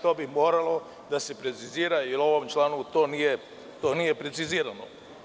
To bi moralo da se precizira jer u ovom članu to nije precizirano.